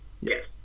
yes